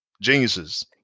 geniuses